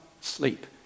sleep